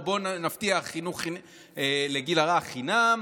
או בואו נבטיח חינוך לגיל הרך חינם,